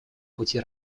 пути